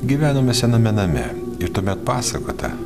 gyvenome sename name ir tuomet pasakota